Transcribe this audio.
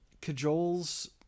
cajoles